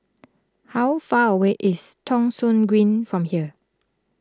how far away is Thong Soon Green from here